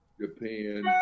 Japan